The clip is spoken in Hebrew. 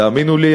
תאמינו לי,